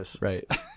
right